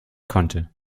konnte